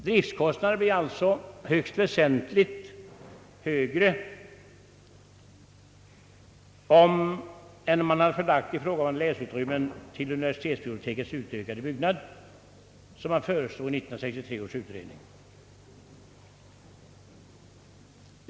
Driftskostnaden blir alltså väsentligt högre än om man hade förlagt ifrågavarande läsutrymmen till universitetsbibliotekets utökade byggnad, vilket föreslogs av 1963 års utredning.